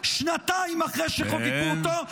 שנתיים אחרי שחוקקו אותו -- תודה.